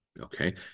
okay